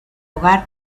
hogar